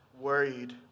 worried